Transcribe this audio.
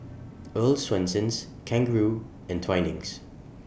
Earl's Swensens Kangaroo and Twinings